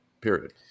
period